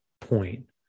point